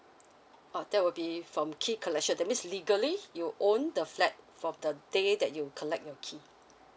uh there will be from key collection that means legally you own the flat from the day that you collect your key